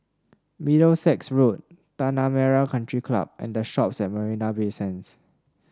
Middlesex Road Tanah Merah Country Club and The Shoppes at Marina Bay Sands